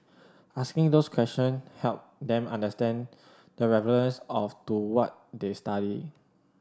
asking those question helped them understand the relevance of to what they study